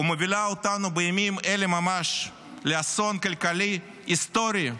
ומובילה אותנו בימים אלה ממש לאסון כלכלי היסטורי,